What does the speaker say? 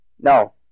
No